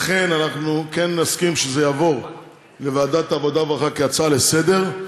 לכן אנחנו כן נסכים שזה יעבור לוועדת העבודה והרווחה כהצעה לסדר-היום.